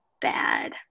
bad